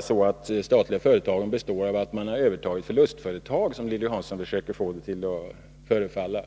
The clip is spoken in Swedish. så att statliga företag bara består av förlustföretag som har övertagits, som Lilly Hansson försökte få det att förefalla.